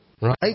right